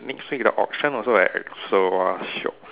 next week the auction also at expo !wah! shiok